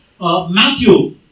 Matthew